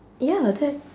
ya that